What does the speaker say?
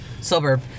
Suburb